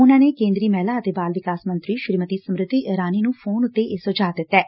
ਉਨਾਂ ਨੇ ਕੇਂਦਰੀ ਮਹਿਲਾ ਅਤੇ ਬਾਲ ਵਿਕਾਸ ਮੰਤਰੀ ਸ੍ਰੀਮਤੀ ਸਮ੍ਰਿਤੀ ਇਰਾਨੀ ਨੂੰ ਫੋਨ ਉਤੇ ਇਹ ਸੁਝਾਅ ਦਿੱਤੈ